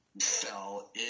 fell